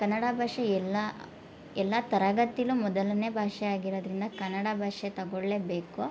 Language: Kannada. ಕನ್ನಡ ಭಾಷೆ ಎಲ್ಲ ಎಲ್ಲ ತರಗತಿಲೂ ಮೊದಲನೇ ಭಾಷೆ ಆಗಿರೋದ್ರಿಂದ ಕನ್ನಡ ಭಾಷೆ ತಗೊಳ್ಲೇಬೇಕು